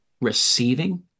receiving